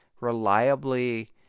reliably